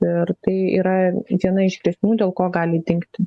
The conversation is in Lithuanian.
ir tai yra viena iš grėsmių dėl ko gali dingti